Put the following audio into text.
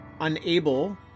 unable